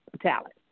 talent